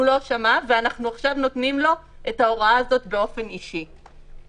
ואנחנו עכשיו נותנים לו את ההוראה הזאת באופן אישי.